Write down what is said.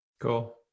Cool